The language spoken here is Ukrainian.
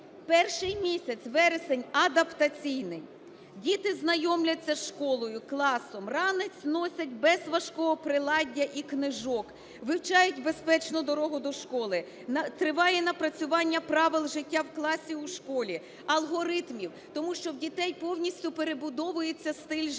Перший місяць вересень - адаптаційний, діти знайомляться з школою, класом, ранець носять без важкого приладдя і книжок. Вивчають безпечну дорогу до школи, триває напрацювання правил життя в класі, у школі, алгоритмів. Тому що у дітей повністю перебудовується стиль життя.